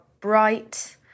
bright